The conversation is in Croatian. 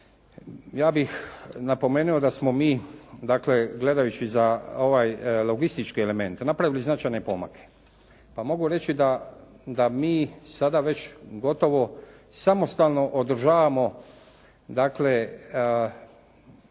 Ja bih napomenuo da smo mi dakle gledajući za ovaj logistički element napravili značajne pomake, pa mogu reći da mi sada već gotovo samostalno održavamo dakle